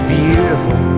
beautiful